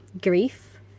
grief